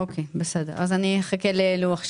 אוקיי, אחכה ללוח שבע.